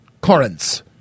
Corinth